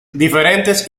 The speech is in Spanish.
diferentes